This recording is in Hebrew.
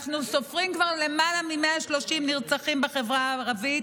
אנחנו סופרים כבר למעלה מ-130 נרצחים בחברה הערבית,